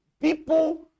people